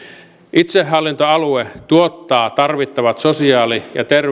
itsehallintoalue tuottaa tarvittavat sosiaali ja